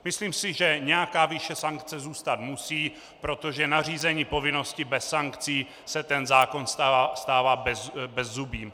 Myslím asi, že nějaká výše sankce zůstat musí, protože nařízením povinnosti bez sankcí se zákon stává bezzubým.